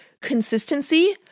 consistency